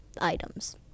items